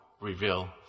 reveal